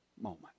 moment